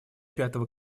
пятого